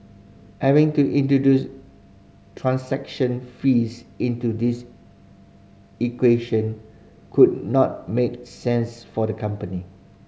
having to introduce transaction fees into this equation would not make sense for the company